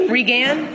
Regan